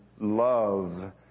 love